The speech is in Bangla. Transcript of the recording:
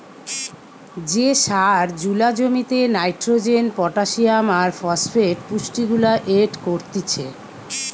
যে সার জুলা জমিতে নাইট্রোজেন, পটাসিয়াম আর ফসফেট পুষ্টিগুলা এড করতিছে